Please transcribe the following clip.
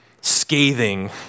scathing